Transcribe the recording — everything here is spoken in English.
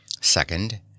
Second